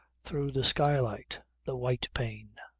through the skylight. the white pane.